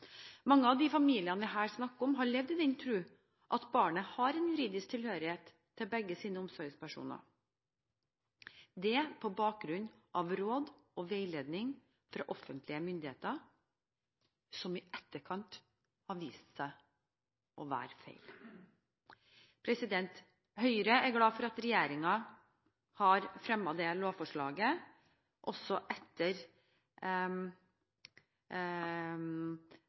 Mange av de familiene det her er snakk om, har levd i den tro at barnet har en juridisk tilhørighet til begge sine omsorgspersoner, dette på bakgrunn av råd og veiledning fra offentlige myndigheter som i etterkant har vist seg å være feil. Høyre er glad for at regjeringen har fremmet dette lovforslaget, også etter